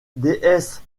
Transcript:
déesse